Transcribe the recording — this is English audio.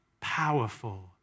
powerful